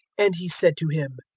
and he said to him,